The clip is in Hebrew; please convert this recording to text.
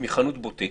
מחנות בוטיק,